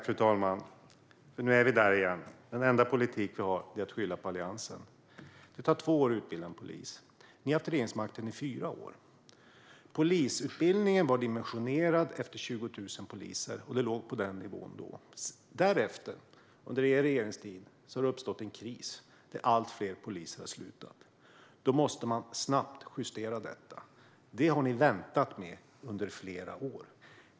Fru talman! Nu är ni där igen - den enda politik ni har är att skylla på Alliansen. Det tar två år att utbilda en polis. Ni har haft regeringsmakten i fyra år. Polisutbildningen var dimensionerad efter 20 000 poliser, och det låg på den nivån då. Därefter, under er regeringstid, har det uppstått en kris när allt fler poliser har slutat. Då måste man snabbt justera detta. Det har ni väntat med under flera år.